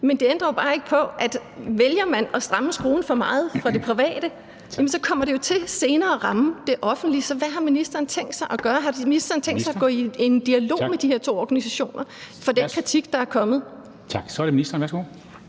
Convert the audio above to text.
Men det ændrer jo bare ikke på, at vælger man at stramme skruen for meget over for det private, kommer det jo senere til at ramme det offentlige. Så hvad har ministeren tænkt sig at gøre? Har ministeren tænkt sig gå i en dialog med de her to organisationer på grund af den kritik, der er kommet? Kl. 13:33 Formanden (Henrik